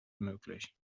möglich